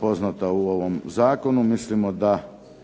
poznata u ovom zakonu. Mislimo da